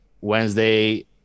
Wednesday